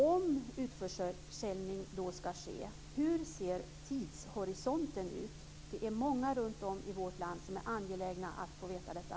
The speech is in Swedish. Om utförsäljning ska ske, hur ser tidshorisonten ut? Det är många runtom i vårt land som är angelägna om att få veta detta.